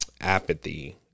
apathy